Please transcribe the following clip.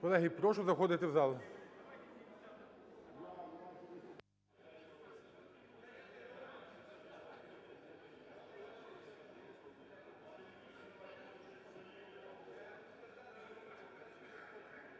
Колеги, прошу заходити в зал.